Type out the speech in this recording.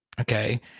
Okay